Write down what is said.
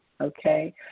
okay